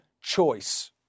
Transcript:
choice